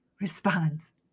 responds